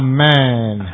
Amen